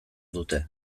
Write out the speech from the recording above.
dute